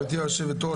גברתי היו"ר,